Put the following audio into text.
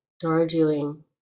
Darjeeling